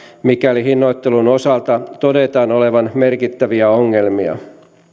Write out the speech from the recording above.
mikäli hinnoittelun osalta todetaan olevan merkittäviä ongelmia